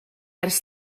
ers